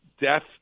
death